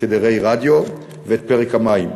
תדרי רדיו, ואת פרק המים.